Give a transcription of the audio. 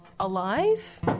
Alive